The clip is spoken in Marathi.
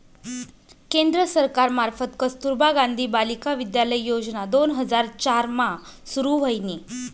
केंद्र सरकार मार्फत कस्तुरबा गांधी बालिका विद्यालय योजना दोन हजार चार मा सुरू व्हयनी